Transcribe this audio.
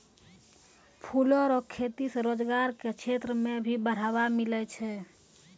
फूलो रो खेती से रोजगार के क्षेत्र मे भी बढ़ावा मिलै छै